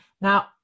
now